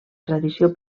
tradició